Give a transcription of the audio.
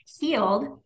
healed